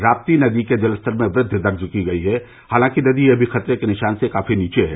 राप्ती नदी के जेल स्तर में वृद्धि दर्ज की गयी है हालांकि नदी अभी खतरे के निषान से काफी नीचे हैं